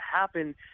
happen